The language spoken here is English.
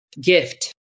gift